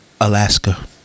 Alaska